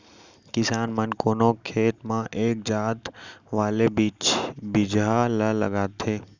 किसान मन कोनो खेत म एक जात वाले बिजहा ल लगाथें